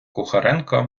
кухаренко